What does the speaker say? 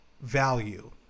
value